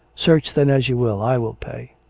search, then, as you will. i will pay.